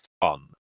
fun